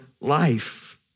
life